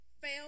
fail